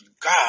God